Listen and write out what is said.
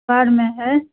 side में है